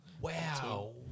Wow